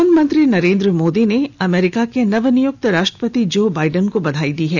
प्रधानमंत्री नरेन्द्र मोदी ने अमेरीका के नवनियुक्त राष्ट्रपति जो बाइडेन को बधाई दी है